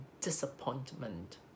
disappointment